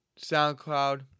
SoundCloud